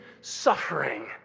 suffering